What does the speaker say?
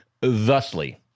thusly